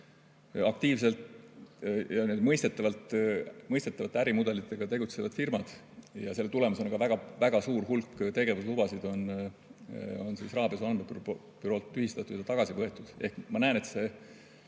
aktiivselt ja mõistetavate ärimudelitega tegutsevad firmad. Ja selle tulemus on, et väga suur hulk tegevuslubasid on rahapesu andmebüroo tühistanud ja tagasi võtnud. Ma näen, et see